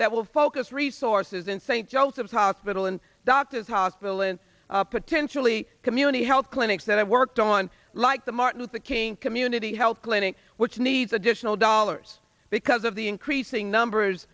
that will focus resources in st joseph's hospital and doctors hospital and potentially community health clinics that i've worked on like the martin luther king community health clinic which needs additional dollars because of the increasing numbers